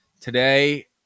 Today